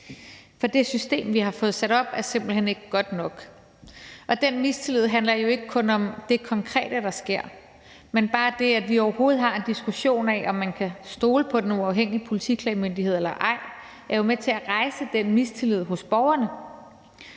for det system, vi har fået sat op, er simpelt hen ikke godt nok. Den mistillid handler jo ikke kun om det konkrete, der sker, men bare det, at vi overhovedet har en diskussion af, om man kan stole på Den Uafhængige Politiklagemyndighed eller ej, er jo med til at rejse den mistillid hos borgerne.